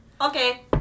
Okay